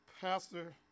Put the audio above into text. Pastor